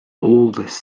oldest